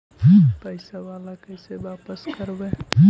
पैसा बाला कैसे बापस करबय?